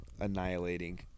annihilating